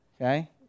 Okay